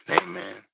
Amen